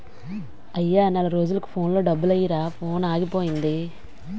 అయ్యా నెల రోజులకు ఫోన్లో డబ్బులెయ్యిరా ఫోనాగిపోయింది